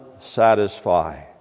satisfy